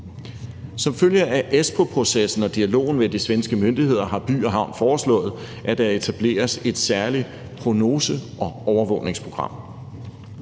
Som følge af Espooprocessen og dialogen med de svenske myndigheder har By & Havn foreslået, at der etableres et særligt prognose- og overvågningsprogram.